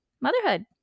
motherhood